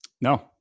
No